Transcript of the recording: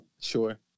Sure